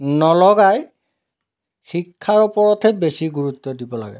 নলগাই শিক্ষাৰ ওপৰতহে বেছি গুৰুত্ব দিব লাগে